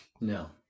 No